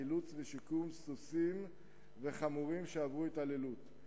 חילוץ ושיקום של סוסים וחמורים שעברו התעללות,